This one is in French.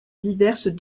diverse